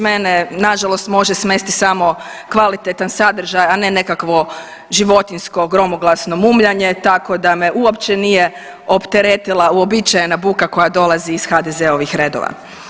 Mene nažalost može smesti samo kvalitetan sadržaj, a ne nekakvo životinjsko gromoglasno mumljanje tako da me uopće nije opteretila uobičajena buka koja dolazi iz HDZ-ovih redova.